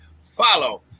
follow